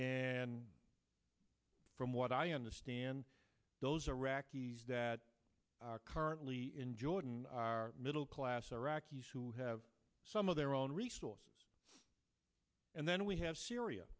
and from what i understand those iraqis that are currently in jordan are middle class iraqis who have some of their own resources and then we have syria